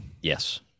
Yes